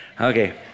Okay